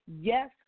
yes